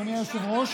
אדוני היושב-ראש,